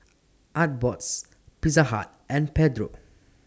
Artbox Pizza Hut and Pedro